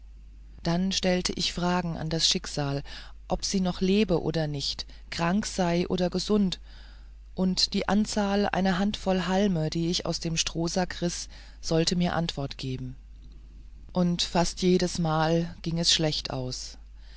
da stellte ich dann fragen an das schicksal ob sie noch lebe oder nicht krank sei oder gesund und die anzahl einer handvoll halme die ich aus dem strohsack riß sollte mir antwort geben und fast jedesmal ging es schlecht aus